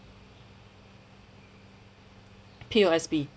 P_O_S_B